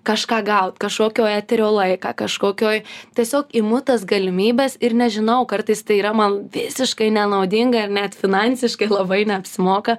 kažką gaut kažkokio eterio laiką kažkokioj tiesiog imu tas galimybes ir nežinau kartais tai yra man visiškai nenaudinga ir net finansiškai labai neapsimoka